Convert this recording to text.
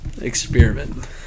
experiment